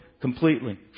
completely